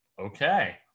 Okay